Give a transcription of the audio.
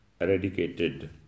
eradicated